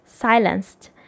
silenced